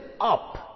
up